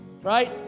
right